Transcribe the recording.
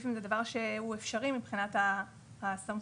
ספציפיים זה דבר אפשרי מבחינת הסמכות.